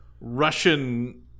Russian